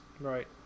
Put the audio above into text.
Right